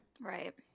Right